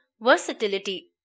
versatility